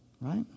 right